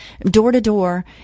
door-to-door